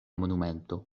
monumento